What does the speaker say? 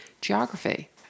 geography